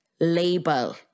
Label